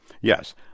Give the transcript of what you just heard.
Yes